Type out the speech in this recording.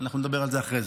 אנחנו נדבר על זה אחרי זה.